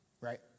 Right